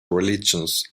religions